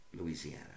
Louisiana